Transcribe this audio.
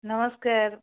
ନମସ୍କାର